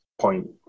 point